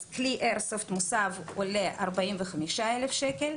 אז כלי איירסופט מוסב עולה 45 אלף שקל.